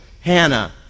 Hannah